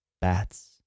bats